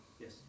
Yes